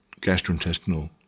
gastrointestinal